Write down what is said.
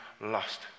lost